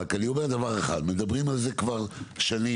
אני רק אומר דבר אחד, מדברים על זה כבר שנים.